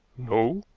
no.